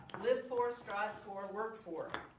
live for, strive for, work for.